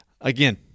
Again